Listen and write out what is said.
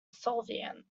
insolvent